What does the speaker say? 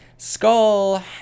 skull